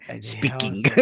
Speaking